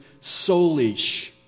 soulish